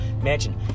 Imagine